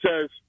says